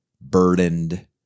burdened